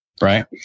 Right